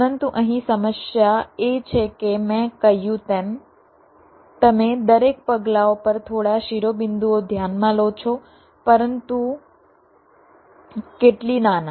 પરંતુ અહીં સમસ્યા એ છે કે મેં કહ્યું તેમ તમે દરેક પગલાંઓ પર થોડા શિરોબિંદુઓ ધ્યાનમાં લો છો પરંતુ કેટલી નાના